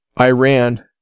Iran